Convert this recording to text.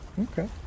okay